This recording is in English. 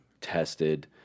tested